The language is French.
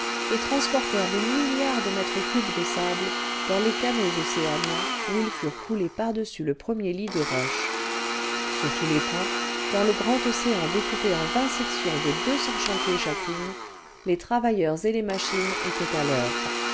et transportèrent des milliards de mètres cubes de sable dans les canaux océaniens où ils furent coulés par-dessus le premier lit de roches sur tous les points dans le grand océan découpé en vingt sections de deux cents chantiers chacune les travailleurs et les machines étaient à l'oeuvre